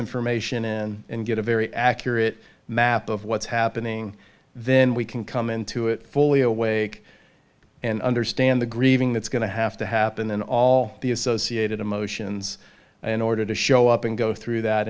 information and and get a very accurate map of what's happening then we can come into it fully awake and understand the grieving that's going to have to happen and all the associated emotions in order to show up and go through that